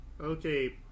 Okay